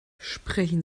sprechen